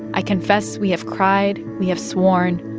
i confess we have cried. we have sworn.